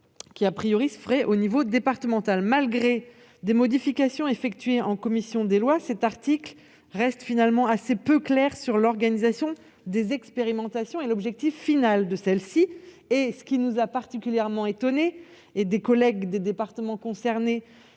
laquelle se ferait au niveau départemental. Malgré des modifications effectuées en commission des lois, cet article reste finalement assez peu clair sur l'organisation des expérimentations et leur objectif final. Un point nous a particulièrement étonnés, et des collègues élus des départements concernés